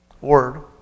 word